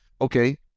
Okay